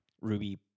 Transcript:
ruby